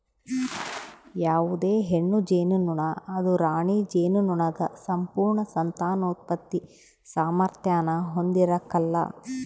ಯಾವುದೇ ಹೆಣ್ಣು ಜೇನುನೊಣ ಅದು ರಾಣಿ ಜೇನುನೊಣದ ಸಂಪೂರ್ಣ ಸಂತಾನೋತ್ಪತ್ತಿ ಸಾಮಾರ್ಥ್ಯಾನ ಹೊಂದಿರಕಲ್ಲ